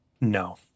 No